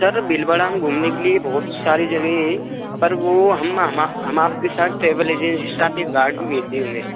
sir Bhilwara घूमने के लिए बहुत सारी जगहे हैं पर वो हम आपके साथ ट्रैवल एजेंसी के साथ एक गार्ड भी भेज देंगे